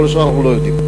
כל השאר אנחנו לא יודעים,